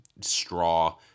straw